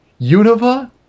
Unova